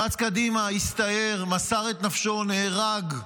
רץ קדימה, הסתער, מסר את נפשו, נהרג,